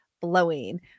blowing